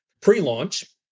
pre-launch